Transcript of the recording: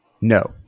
No